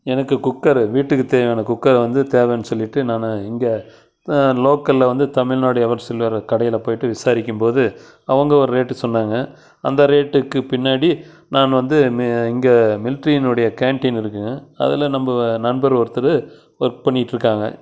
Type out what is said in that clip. எனக்கு குக்கரு வீட்டுக்குத் தேவையான குக்கரு வந்து தேவைன்னு சொல்லிவிட்டு நான் இங்கே லோக்கலில் வந்து தமிழ்நாடு எவர் சில்வர் கடையில் போய்விட்டு விசாரிக்கும் போது அவங்க ஒரு ரேட்டு சொன்னாங்க அந்த ரேட்டுக்கு பின்னாடி நான் வந்து மெ இங்கே மிலிட்ரியினுடைய கேன்டீன் இருக்குங்க அதில் நம்ப நண்பர் ஒருத்தர் ஒர்க் பண்ணிகிட்டு இருக்காங்க